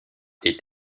est